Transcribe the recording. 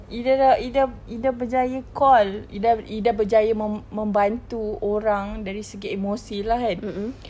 ida sudah ida ida berjaya call ida ida berjaya mem~ membantu orang dari segi emosi lah kan